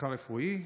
מחקר רפואי.